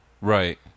Right